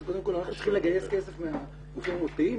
אנחנו צריכים לגייס כסף מהגופים המוסדיים,